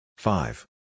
Five